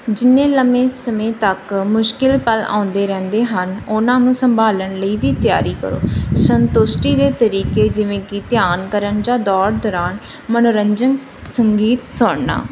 ਜਿੰਨੇ ਲੰਮੇ ਸਮੇਂ ਤੱਕ ਮੁਸ਼ਕਿਲ ਪਲ ਆਉਂਦੇ ਰਹਿੰਦੇ ਹਨ ਉਹਨਾਂ ਨੂੰ ਸੰਭਾਲਣ ਲਈ ਵੀ ਤਿਆਰੀ ਕਰੋ ਸੰਤੁਸ਼ਟੀ ਦੇ ਤਰੀਕੇ ਜਿਵੇਂ ਕਿ ਧਿਆਨ ਕਰਨ ਜਾਂ ਦੌੜ ਦੌਰਾਨ ਮਨੋਰੰਜਨ ਸੰਗੀਤ ਸੁਣਨਾ